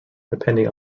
depending